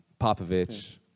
Popovich